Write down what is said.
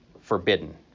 forbidden